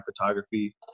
photography